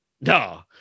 no